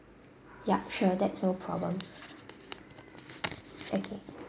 ya sure that's no problem okay